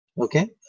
Okay